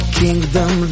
kingdom